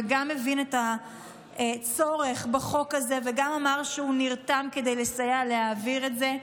גם הבין את הצורך בחוק הזה וגם אמר שהוא נרתם כדי לסייע להעביר את זה.